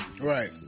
Right